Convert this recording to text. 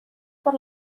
por